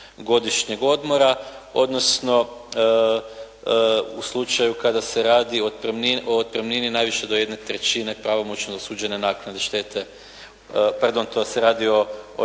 godišnjeg odmora odnosno u slučaju kada se radi o otpremnini najviše od jedne trećine pravomoćno dosuđene naknade štete, pardon to se radi o